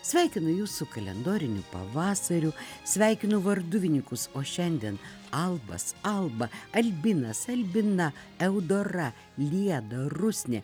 sveikinu jus su kalendoriniu pavasariu sveikinu varduvininkus o šiandien albas alba albinas albina eudora lieda rusnė